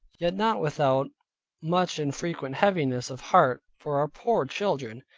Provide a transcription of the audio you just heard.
yet not without much and frequent heaviness of heart for our poor children,